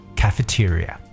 cafeteria